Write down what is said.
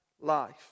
life